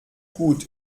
gut